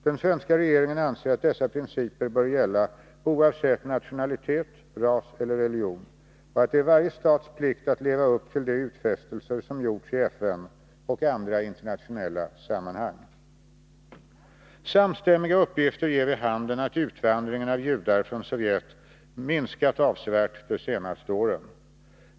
Den svenska regeringen anser att dessa principer bör gälla oavsett nationalitet, ras eller religion och att det är varje stats plikt att leva upp till de utfästelser som gjorts i FN och i andra internationella sammanhang. Samstämmiga uppgifter ger vid handen att utvandringen av judar från Sovjet minskat avsevärt de senaste åren.